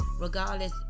Regardless